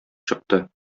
чыкты